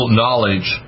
knowledge